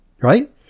Right